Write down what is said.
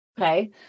okay